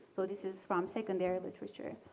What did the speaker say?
so this is from secondary literature.